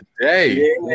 today